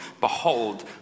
Behold